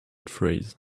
phrase